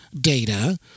data